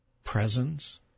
presence